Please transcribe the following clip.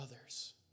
others